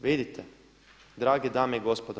Vidite drage dame i gospodo.